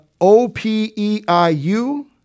O-P-E-I-U